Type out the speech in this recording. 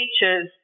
features